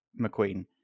McQueen